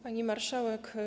Pani Marszałek!